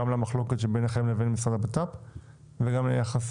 גם למחלוקת שביניכם לבין המשרד לביטחון פנים וגם ביחס